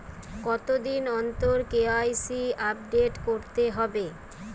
কতদিন অন্তর KYC update করতে হবে?